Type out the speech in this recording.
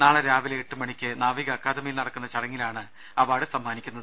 നാളെ രാവിലെ എട്ട് മണിക്ക് നാവിക അക്കാദമി യിൽ നടക്കുന്ന ചടങ്ങിലാണ് അവാർഡ് സമ്മാനിക്കുന്നത്